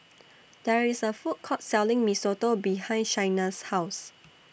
There IS A Food Court Selling Mee Soto behind Shaina's House